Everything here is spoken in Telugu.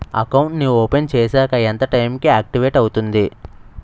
అకౌంట్ నీ ఓపెన్ చేశాక ఎంత టైం కి ఆక్టివేట్ అవుతుంది?